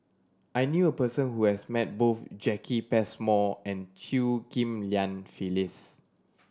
I knew a person who has met both Jacki Passmore and Chew Ghim Lian Phyllis